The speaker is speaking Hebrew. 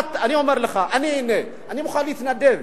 הנה, אני מוכן להתנדב,